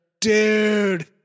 Dude